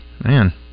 Man